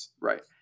Right